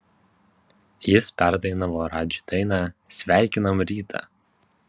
jis perdainavo radži dainą sveikinam rytą